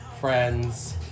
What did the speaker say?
friends